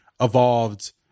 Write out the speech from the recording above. evolved